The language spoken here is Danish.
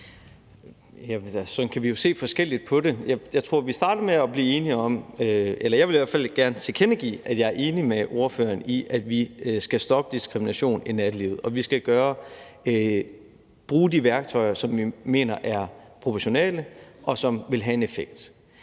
Sådan kan vi jo se forskelligt på det. Jeg vil i hvert fald gerne tilkendegive, at jeg er enig med ordføreren i, at vi skal stoppe diskrimination i nattelivet, og at vi skal bruge de værktøjer, som vi mener er proportionale, og som vil have en effekt.